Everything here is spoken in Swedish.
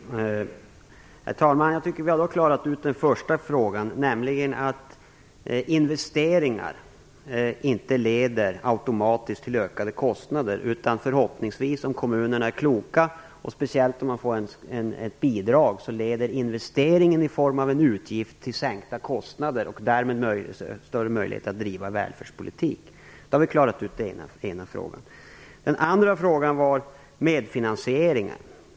Herr talman! Jag tycker nog att vi har klarat ut den första frågan, dvs. att investeringar inte automatiskt leder till ökade kostnader. Om kommunerna är kloka, och speciellt om bidrag ges, leder en investering i form av en utgift i stället till sänkta kostnader och därmed till större möjligheter att driva välfärdspolitik. Den andra frågan gäller medfinansieringen.